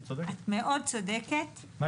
את צודקת, אין לנו את הממשק הזה.